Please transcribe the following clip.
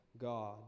God